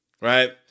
right